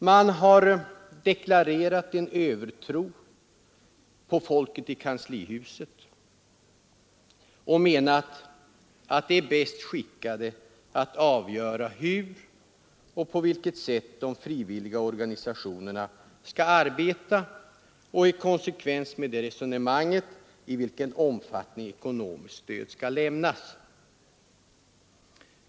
Man har deklarerat en övertro på folket i kanslihuset och menat att de är bäst skickade att avgöra hur och på vilket sätt de frivilliga organisationerna skall arbeta och, i konsekvens med det resonemanget, i vilken omfattning ekonomiskt stöd skall lämnas.